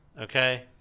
okay